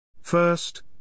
First